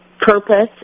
purpose